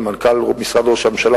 ומנכ"ל משרד ראש הממשלה,